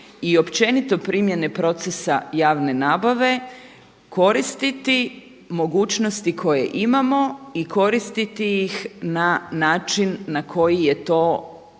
i općenito primjene procesa javne nabave koristiti mogućnosti koje imamo i koristiti ih na način na koji je to